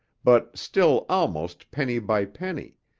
but still almost penny by penny,